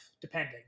depending